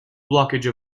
blockage